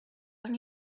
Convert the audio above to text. when